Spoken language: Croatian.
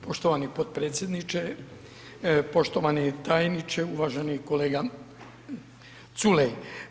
Poštovani potpredsjedniče, poštovani tajniče, uvaženi kolega Culej.